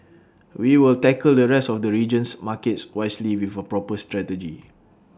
we will tackle the rest of the region's markets wisely with A proper strategy